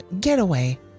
getaway